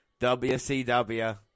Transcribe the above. WCW